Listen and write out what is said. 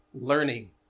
learning